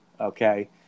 Okay